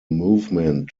movement